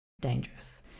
dangerous